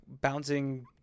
bouncing